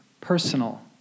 personal